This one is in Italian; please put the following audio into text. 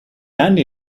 anni